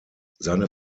seine